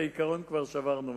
את העיקרון כבר שברנו.